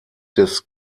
des